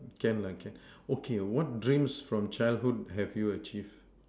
can lah can okay what dreams from childhood have you achieved